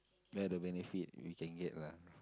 where are the benefit we can get lah